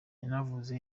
yanavuze